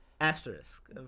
Asterisk